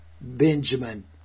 Benjamin